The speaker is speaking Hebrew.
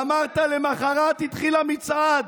ואמרת: למוחרת התחיל המצעד.